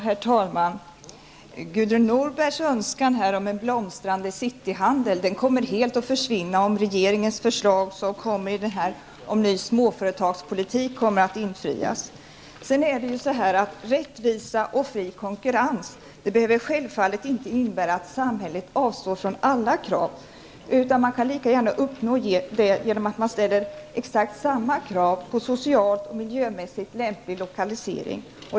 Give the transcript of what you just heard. Herr talman! Gudrun Norberg uttalade en önskan om en blomstrande cityhandel. Den handeln kommer helt att försvinna om regeringens förslag om ny företagspolitik genomförs. Rättvisa och fri konkurrens behöver självfallet inte innebära att samhället avstår från alla krav. Man kan lika gärna uppnå det genom att man ställer exakt samma krav på social och miljömässigt lämplig lokalisering.